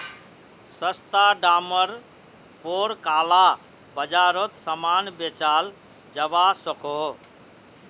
सस्ता डामर पोर काला बाजारोत सामान बेचाल जवा सकोह